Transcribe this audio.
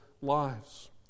lives